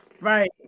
Right